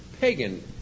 pagan